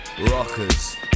rockers